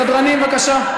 סדרנים, בבקשה.